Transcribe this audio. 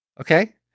Okay